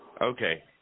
Okay